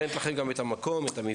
היא נותנת לכם גם את המקום, את המבנה?